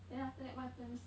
then after what happens